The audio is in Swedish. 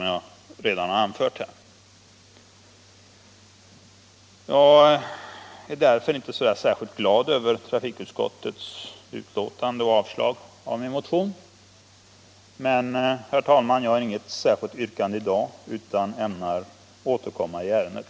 Jag är därför inte särskilt glad över trafikutskottets betänkande och dess hemställan om avslag på min motion, men, herr talman, jag har inget särskilt yrkande i dag, utan jag ämnar återkomma i ärendét.